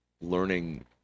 learning